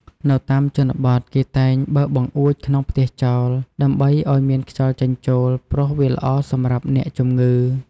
នៅតាមជនបទ គេតែងបើកបង្អួចក្នុងផ្ទះចោល ដើម្បីឱ្យមានខ្យល់ចេញចូល ព្រោះវាល្អសម្រាប់អ្នកជំងឺ។